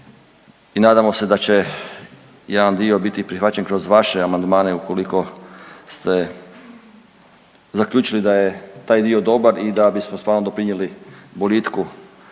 i nadamo se da će jedan dio biti prihvaćen kroz vaše amandmane ukoliko ste zaključili da je taj dio dobar i da bismo stvarno doprinjeli boljitku